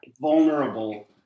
vulnerable